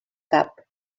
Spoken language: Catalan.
cap